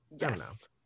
yes